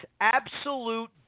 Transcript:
absolute